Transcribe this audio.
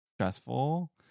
stressful